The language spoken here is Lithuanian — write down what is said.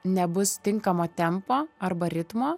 nebus tinkamo tempo arba ritmo